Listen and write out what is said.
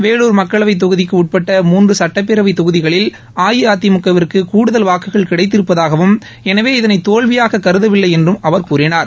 வேலூர் மக்களவைத் தொகுதிக்கு உட்பட்ட மூன்று சட்டப்பேரவைத் தொகுதிகளில் அஇஅதிமுக விற்கு கூடுதல் வாக்குகள் கிடைத்திருப்பதாகவும் எனவே இதனை தோல்வியாகக் கருதவில்லை என்றும் அவர் கூறினார்